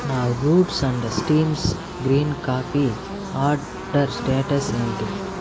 నా Roots and Stems green coffee order status ఏంటి